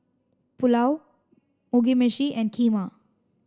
Pulao Mugi Meshi and Kheema